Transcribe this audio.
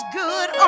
good